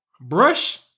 Brush